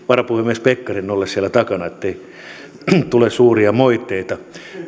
varapuhemies pekkarinen ole siellä takana ettei tule suuria moitteita